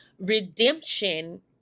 redemption